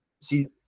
see